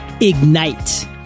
Ignite